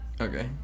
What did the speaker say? okay